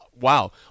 wow